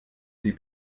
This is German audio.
sie